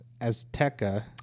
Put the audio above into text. Azteca